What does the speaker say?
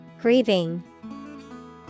Grieving